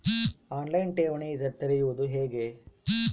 On line ಠೇವಣಿ ತೆರೆಯುವುದು ಹೇಗೆ?